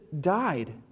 died